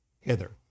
hither